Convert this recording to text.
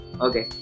Okay